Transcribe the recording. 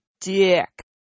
dick